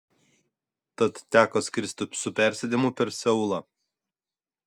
tad teko skristi su persėdimu per seulą